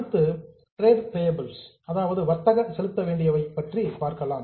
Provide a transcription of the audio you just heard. அடுத்தது trade payables வர்த்தக செலுத்த வேண்டியவை பற்றி பார்க்கலாம்